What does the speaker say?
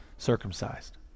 circumcised